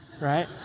right